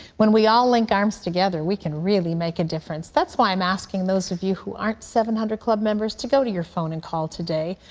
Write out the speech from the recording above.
when we all link arms together, we can really make a difference. that's why i'm asking those of you who aren't seven hundred club members to go to your phone and call today.